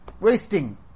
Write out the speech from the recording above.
wasting